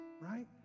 right